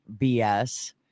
BS